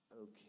Okay